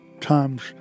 times